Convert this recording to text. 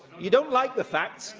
you don't like the facts